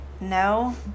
No